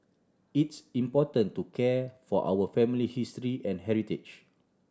it's important to care for our family history and heritage